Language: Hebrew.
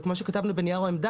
וכמו שכתבנו בנייר העמדה,